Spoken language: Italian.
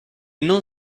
non